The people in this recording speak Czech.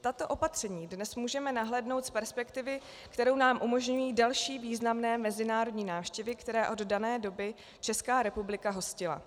Tato opatření dnes můžeme nahlédnout z perspektivy, kterou nám umožní další významné mezinárodní návštěvy, které od dané doby Česká republika hostila.